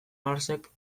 marxek